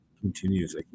continues